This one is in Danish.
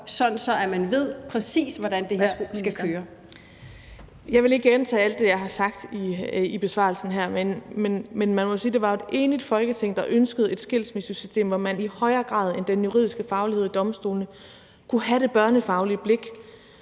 og ældreministeren (Astrid Krag): Jeg vil ikke gentage alt det, jeg har sagt i besvarelsen her, men man må jo sige, at det var et enigt Folketing, der ønskede et skilsmissesystem, hvor man i højere grad end den juridiske faglighed ved domstolene kunne have det børnefaglige blik